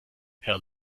herr